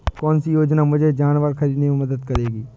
कौन सी योजना मुझे जानवर ख़रीदने में मदद करेगी?